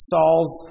Saul's